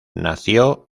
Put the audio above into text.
nació